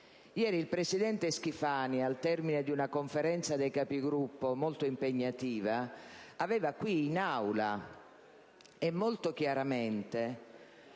Ieri il presidente Schifani, al termine di una Conferenza dei Capigruppo molto impegnativa, qui in Aula aveva molto chiaramente